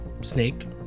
Snake